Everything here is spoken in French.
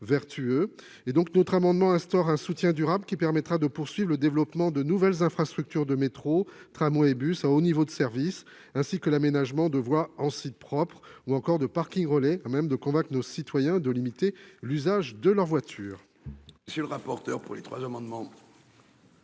Notre amendement vise à instaurer un soutien durable, qui permettra de poursuivre le développement de nouvelles infrastructures de métro, de tramway et de bus à haut niveau de service (BHNS) ainsi que l'aménagement de voies en site propre ou encore de parkings relais afin d'inciter nos concitoyens à limiter leur usage de la voiture.